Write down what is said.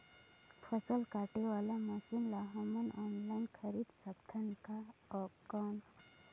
फसल काटे वाला मशीन ला हमन ऑनलाइन खरीद सकथन कौन?